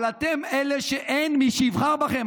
אבל אתם אלה שאין מי שיבחר בכם,